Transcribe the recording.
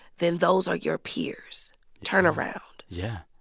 then those are your peers turn around yeah.